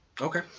Okay